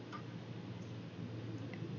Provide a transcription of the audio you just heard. um